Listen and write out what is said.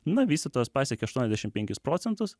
na vystytojas pasiekia aštuoniasdešim penkis procentus